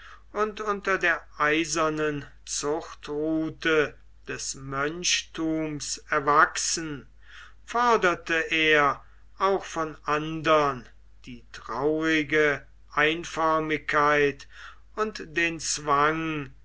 und unter der eisernen zuchtruthe des mönchthums erwachsen forderte er auch von andern die traurige einförmigkeit und den zwang